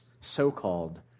so-called